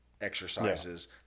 exercises